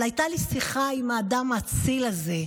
אבל הייתה לי שיחה עם האדם האציל הזה,